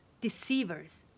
deceivers